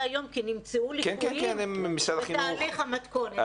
היום כי נמצאו ליקויים בתהליך המתכונת.